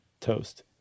toast